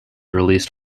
released